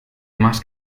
más